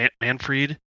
Manfred